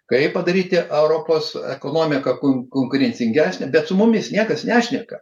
kaip padaryti europos ekonomiką kun konkurencingesne bet su mumis niekas nešneka